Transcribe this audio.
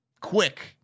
quick